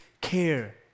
care